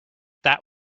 that